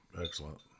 excellent